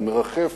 הוא מרחף